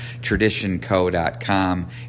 traditionco.com